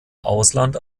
ausland